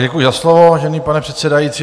Děkuji za slovo, vážený pane předsedající.